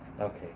Okay